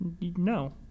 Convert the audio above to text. No